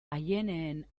aieneen